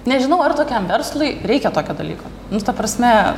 nežinau ar tokiam verslui reikia tokio dalyko nu ta prasme